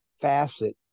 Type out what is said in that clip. facet